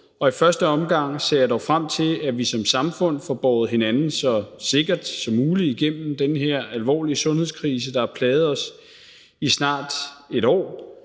I første omgang ser jeg dog frem til, at vi som samfund får båret hinanden så sikkert som muligt igennem den her alvorlige sundhedskrise, der har plaget os i snart et år.